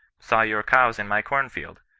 saw your cows in my corn-field.